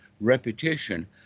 repetition